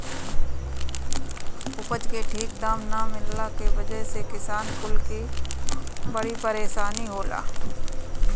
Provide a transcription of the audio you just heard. उपज के ठीक दाम ना मिलला के वजह से किसान कुल के बड़ी परेशानी होला